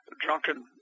drunken